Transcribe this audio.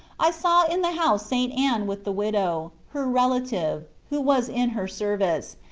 i saw in the house st. anne with the widow, her relative, who was in her service,